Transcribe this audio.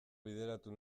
bideratu